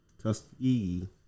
Tuskegee